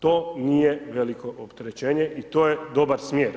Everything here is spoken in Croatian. To nije veliko opterećenje i to je dobar smjer.